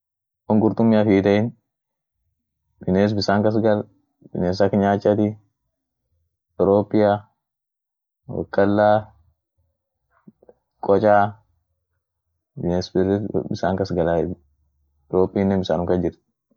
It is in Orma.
won qurtumiaf hi itein biness bissan kas gal, biness ak nyaachati, ropia, wokkalaa, kochaa, biness birit bisan kas galay, ropinen bisanum kas jirt.